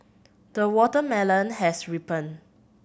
the watermelon has ripened